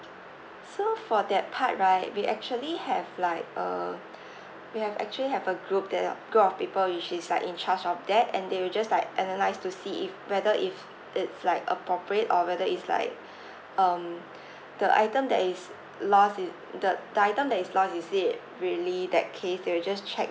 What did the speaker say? so for that part right we actually have like uh we have actually have a group that group of people which is like in charge of that and they will just like analyse to see if whether if it's like appropriate or whether it's like um the item that is lost is the the item that is lost is it really that case they will just check